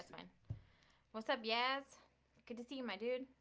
so and what's up, yes good to see you my dude